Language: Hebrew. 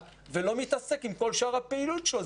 ולא להסתכל על כל שאר הפעילות שלו,